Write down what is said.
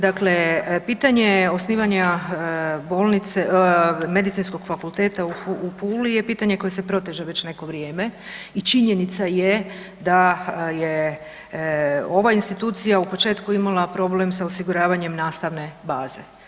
Dakle, pitanje osnivanja Medicinskog fakulteta u Puli je pitanje koje se proteže već neko vrijeme i činjenica je da je ovaj institucija u početku imala problem sa osiguravanjem nastavne baze.